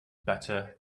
better